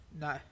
no